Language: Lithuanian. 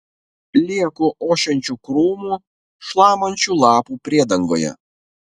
lieku ošiančių krūmų šlamančių lapų priedangoje